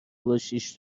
باشیش